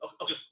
okay